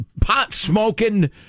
pot-smoking